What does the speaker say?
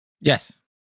Yes